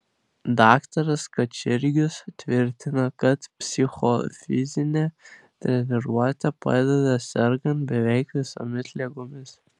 daktaras kačergius tvirtina kad psichofizinė treniruotė padeda sergant beveik visomis ligomis